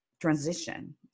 transition